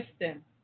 system